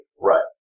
Right